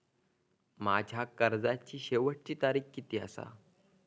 माझ्या कर्जाची शेवटची तारीख किती आसा?